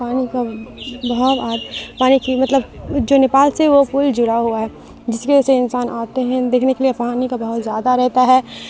پانی کا بہاؤ پانی کی مطلب جو نیپال سے وہ پل جڑا ہوا ہے جس کی وجہ سے انسان آتے ہیں دیکھنے کے لیے پانی کا بہت زیادہ رہتا ہے